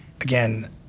Again